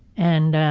and,